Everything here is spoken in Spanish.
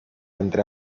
entre